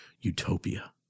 utopia